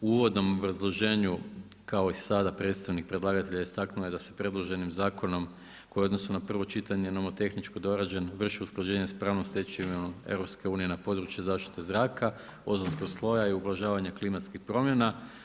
U uvodnom obrazloženju kao i sada predstavnik predlagatelja istaknuo je da se predloženim zakonom koji je u odnosu na prvo čitanje nomotehnički dorađen vrši usklađenje sa pravnom stečevinom EU na području zaštite zraka, ozonskog sloja i ublažavanja klimatskih promjena.